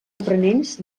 aprenents